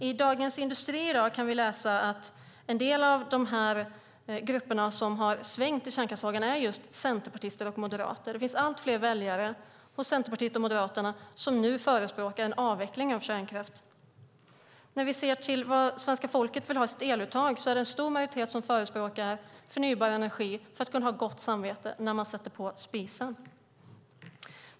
I Dagens Industri kan vi i dag läsa att en del av de grupper som har svängt i kärnkraftsfrågan är centerpartister och moderater. Det finns allt fler väljare hos Centerpartiet och Moderaterna som nu förespråkar en avveckling av kärnkraften. När vi ser till vad svenska folket vill ha i sitt eluttag förespråkar en stor majoritet förnybar energi för att kunna ha gott samvete när man använder spisen.